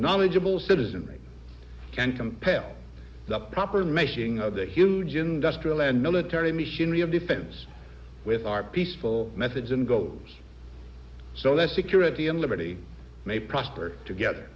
knowledgeable citizenry can compel the proper making of the huge industrial and military machinery of defense with our peaceful methods and goads so this security and liberty may prosper together